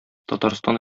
татарстан